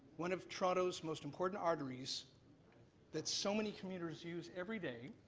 one of toronto's most important arteryies that so many computers use every day